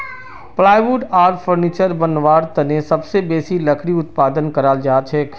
plywood आर furniture बनव्वार तने सबसे बेसी लकड़ी उत्पादन कराल जाछेक